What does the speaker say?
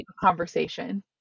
conversation